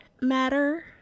matter